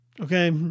okay